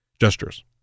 Gestures